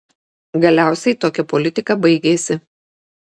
galiausiai tokia politika baigėsi